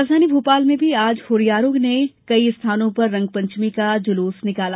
राजधानी भोपाल में भी आज हुरियारों ने कई स्थानों पर रंगपंचमी का जुलूस निकाला